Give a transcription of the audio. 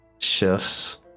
Shifts